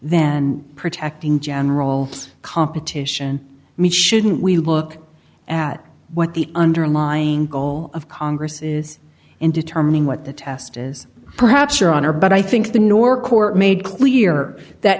then protecting general competition meet shouldn't we look at what the underlying goal of congress is in determining what the test is perhaps your honor but i think the nor court made clear that